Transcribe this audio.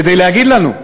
כדי להגיד לנו: